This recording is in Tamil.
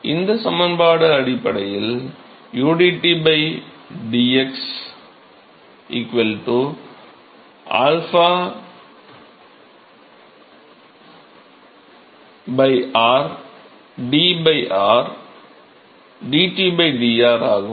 எனவே இந்த சமன்பாட்டின் அடிப்படையில் udT dx 𝝰 r d dr dT dr ஆகும்